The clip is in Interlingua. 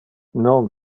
non